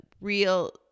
real